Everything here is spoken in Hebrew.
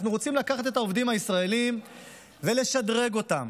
אנחנו רוצים לקחת את העובדים הישראלים ולשדרג אותם,